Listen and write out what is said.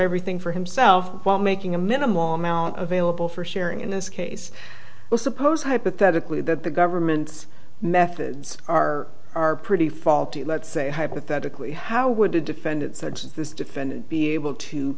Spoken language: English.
everything for himself while making a minimal amount of vailable for sharing in this case well suppose hypothetically that the government's methods are are pretty faulty let's say hypothetically how would a defendant such as this defendant be able to